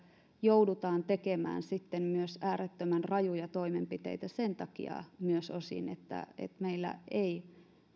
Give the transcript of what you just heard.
joudutaan tekemään äärettömän rajuja toimenpiteitä osin myös sen takia että meillä eivät